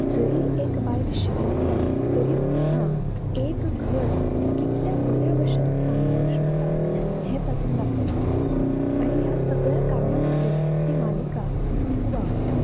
जरी एक बायल शिकूंक ना तरी सुद्दां एक घर ती कितल्या बऱ्या बशेन सांबाळू शकता हें तातून दाखयला आनी ह्या सगळ्या कारणा खातीर ती मालिका म्हाका खूब आवाट्टा